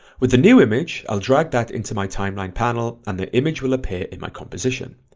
with the new image i'll drag that into my timeline panel and the image will appear in my composition,